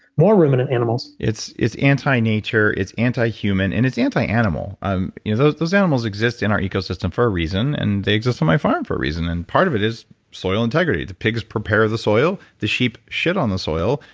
more ruminant animals it's it's anti-nature. it's anti-human. and it's anti-animal. um you know those those animals exists in our ecosystem for a reason. and they exist for my farm for a reason. and part of it is soil integrity. pigs prepare the soil. the sheep shit on the soil,